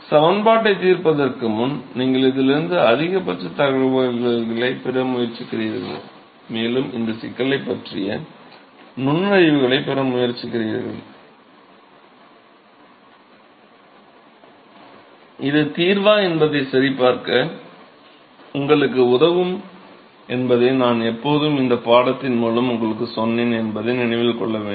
சமன்பாட்டைத் தீர்ப்பதற்கு முன் நீங்கள் இதிலிருந்து அதிகபட்ச தகவல்களைப் பெற முயற்சிக்கிறீர்கள் மேலும் இந்த சிக்கலைப் பற்றிய நுண்ணறிவுகளைப் பெற முயற்சிக்கிறீர்கள் இது தீர்வா என்பதைச் சரிபார்க்க உங்களுக்கு உதவும் என்பதை நான் எப்போதும் இந்தப் பாடத்தின் மூலம் உங்களுக்குச் சொன்னேன் என்பதை நினைவில் கொள்ள வேண்டும்